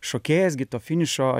šokėjas gi to finišo